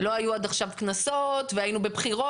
לא היו עד עכשיו קנסות והיינו בבחירות.